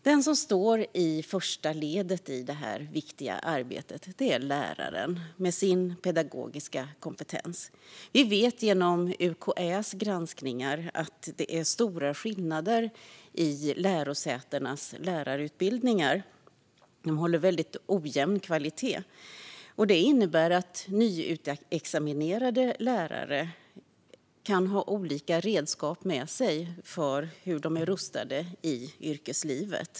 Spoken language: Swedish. Den som står i första ledet i detta viktiga arbete är läraren, med sin pedagogiska kompetens. Vi vet genom UKÄ:s granskningar att det är stora skillnader mellan lärosätenas lärarutbildningar; de håller väldigt ojämn kvalitet. Detta innebär att nyutexaminerade lärare kan ha olika redskap med sig när det gäller hur de är rustade för yrkeslivet.